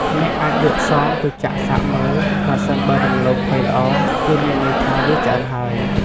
អ្នកអាចយកសមទៅចាក់សាកមើល ប្រសិនបើដំឡូងផុយល្អ គឺមានន័យថា វាឆ្អិនហើយ។